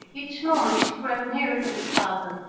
each moment she crept nearer to his bosom,